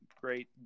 great